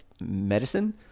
medicine